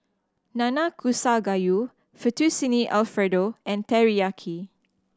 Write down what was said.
Nanakusa Gayu Fettuccine Alfredo and Teriyaki